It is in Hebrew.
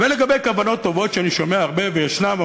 ולגבי כוונות טובות שאני שומע הרבה וישנן אבל